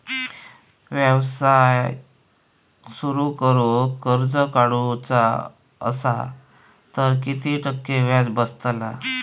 व्यवसाय सुरु करूक कर्ज काढूचा असा तर किती टक्के व्याज बसतला?